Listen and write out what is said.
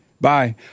Bye